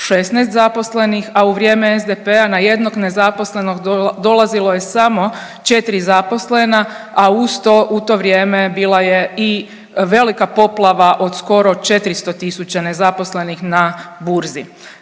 16 zaposlenih, a u vrijeme SDP-a na jednog nezaposlenog dolazilo je samo četri zaposlena, a uz to u to vrijeme bila je i velika poplava od skoro 400 tisuća nezaposlenih na burzi.